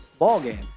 ballgame